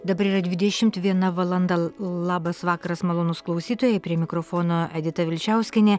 dabar yra dvidešimt viena valanda labas vakaras malonūs klausytojai prie mikrofono edita vilčiauskienė